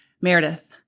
Meredith